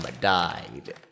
died